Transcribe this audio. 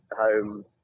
home